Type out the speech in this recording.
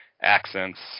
accents